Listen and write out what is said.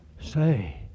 Say